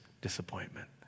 disappointment